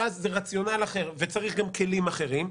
שאז זה רציונל אחר, וצריך גם כלים אחרים.